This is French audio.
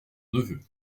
neveu